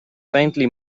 faintly